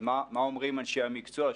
מה אומרים אנשי המקצוע?